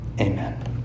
Amen